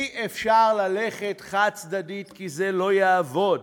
אי-אפשר ללכת חד-צדדית, כי זה לא יעבוד.